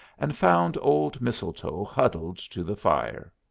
and found old mistletoe huddled to the fire.